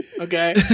Okay